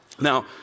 Now